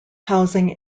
housing